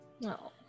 No